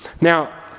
Now